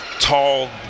tall